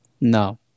No